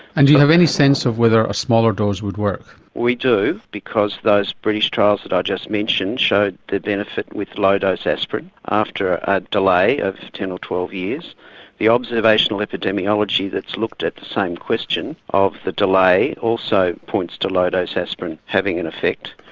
and do you have any sense of whether a smaller dose would work? we do because those british trials that i just mentioned showed the benefit with low dose aspirin. after a delay of ten or twelve years the observational epidemiology that's looked at the same question of the delay also points to low dose aspirin having an effect.